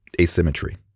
Asymmetry